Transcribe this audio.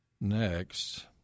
next